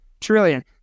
trillion